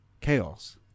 chaos